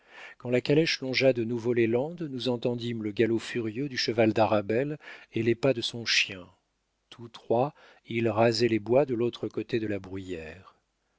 quand la calèche longea de nouveau les landes nous entendîmes le galop furieux du cheval d'arabelle et les pas de son chien tous trois ils rasaient les bois de l'autre côté de la bruyère